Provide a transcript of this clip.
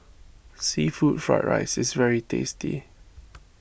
Seafood Fried Rice is very tasty